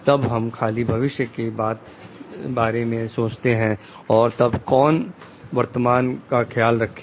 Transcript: तब हम खाली भविष्य के बारे में सोचते हैं और तब कौन वर्तमान का ख्याल रखेगा